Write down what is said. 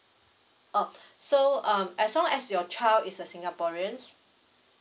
orh so as long as your child is a singaporeans